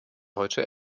heute